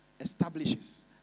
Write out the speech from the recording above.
Establishes